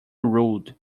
rude